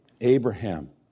Abraham